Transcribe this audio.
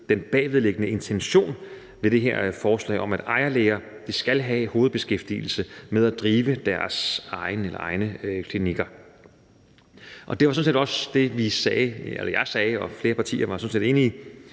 den bagvedliggende intention med det her forslag, nemlig at ejerlæger skal have hovedbeskæftigelse med at drive deres egne klinikker. Det var sådan set også det, vi sagde – eller jeg sagde, og flere partier var jo sådan set enige –